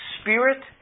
spirit